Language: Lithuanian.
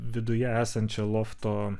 viduje esančią lofto